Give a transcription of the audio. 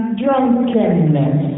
drunkenness